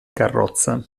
carrozza